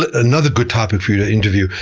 ah another good topic for you to interview.